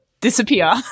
disappear